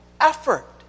Effort